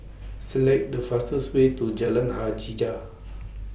Select The fastest Way to Jalan Hajijah